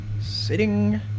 Sitting